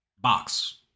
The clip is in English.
box